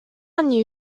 actually